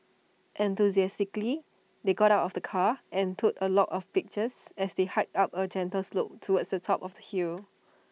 enthusiastically they got out of the car and took A lot of pictures as they hiked up A gentle slope towards the top of the hill